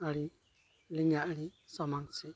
ᱟᱲᱮ ᱞᱮᱸᱜᱟ ᱟᱲᱮ ᱥᱟᱢᱟᱝ ᱥᱮᱫ